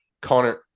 Connor